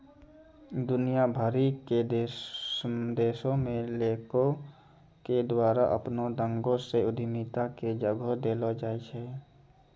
दुनिया भरि के देशो मे लोको के द्वारा अपनो ढंगो से उद्यमिता के जगह देलो जाय छै